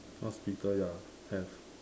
hospital ya have